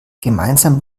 gemeinsam